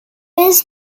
was